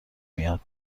میاد